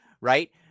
Right